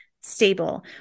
stable